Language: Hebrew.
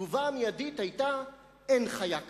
והתגובה המיידית היתה: אין חיה כזאת.